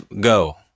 go